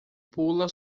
pula